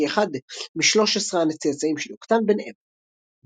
כאחד משלוש עשרה הצאצאים של יקטן בן עבר ב.